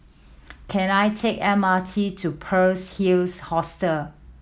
can I take M R T to Pearl's Hills Hostel